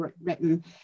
written